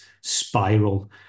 spiral